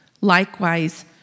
Likewise